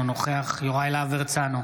אינו נוכח יוראי להב הרצנו,